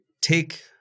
take